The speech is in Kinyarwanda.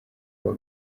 kuwa